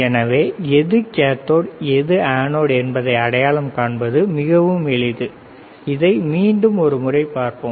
எனவே எது கேதோட் எது அனோட் என்பதை அடையாளம் காண்பது மிகவும் எளிது இதை மீண்டும் ஒரு முறை பார்ப்போம்